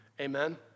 Amen